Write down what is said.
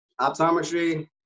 Optometry